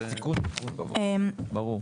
ברור.